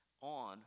on